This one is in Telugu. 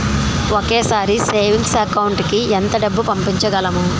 ఒకేసారి సేవింగ్స్ అకౌంట్ కి ఎంత డబ్బు పంపించగలము?